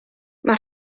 mae